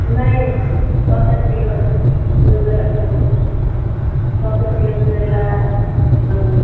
नहीं सौ के किलो है कोई गलत बोले हैं सौ के किलो चल रहा है अंगूर